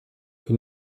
que